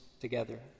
together